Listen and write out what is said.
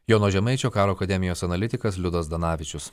jono žemaičio karo akademijos analitikas liudas zdanavičius